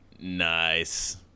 Nice